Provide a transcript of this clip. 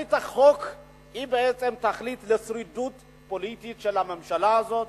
תכלית החוק היא בעצם תכלית לשרידות פוליטית של הממשלה הזאת,